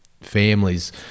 families